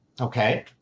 Okay